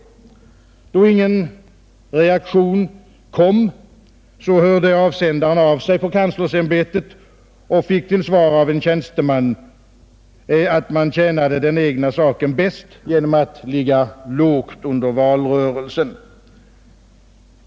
När ingen reaktion förmärktes lät avsändaren höra av sig på kanslersämbetet och fick då av en tjänsteman till svar att man tjänade den egna saken bäst genom att ligga lågt under valrörelsen.